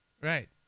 right